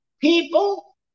people